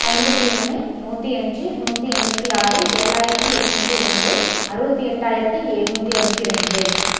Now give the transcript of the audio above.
ஐம்பத்தி ஒன்று நுாற்றி அஞ்சு நுாற்றி எண்பத்தி ஆறு ஏழாயிரத்தி எண்ணுாத்தி ரெண்டு அறுபத்தி எட்டாயிரத்தி எண்ணுாற்றி அறுபத்தி ரெண்டு